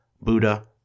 Buddha